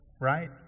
right